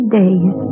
days